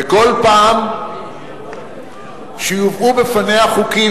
וכל פעם שיובאו בפניה חוקים,